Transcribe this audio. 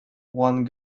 one